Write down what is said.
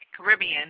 Caribbean